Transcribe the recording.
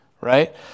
right